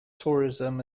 tourism